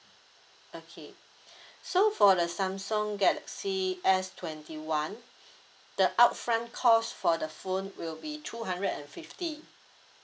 okay so for the samsung galaxy S twenty one the upfront cost for the phone will be two hundred and fifty